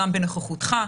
גם בנוכחותך,